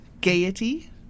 gaiety